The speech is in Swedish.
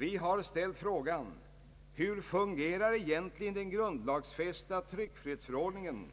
Vi har ställt frågan: Hur fungerar egentligen den grundlagsfästa tryckfrihetsförordningen